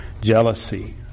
jealousy